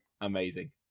Amazing